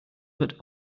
wird